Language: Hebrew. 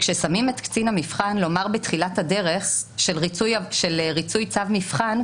כאשר שמים את קצין המבחן לומר בתחילת הדרך של ריצוי צו מבחן,